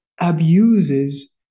abuses